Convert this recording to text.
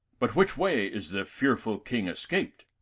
but which way is the fearful king escaped?